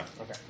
Okay